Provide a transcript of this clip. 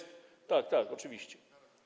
Tak, tak, oczywiście.